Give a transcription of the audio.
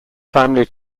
family